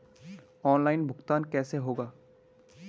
Online भुगतान कैसे होगा?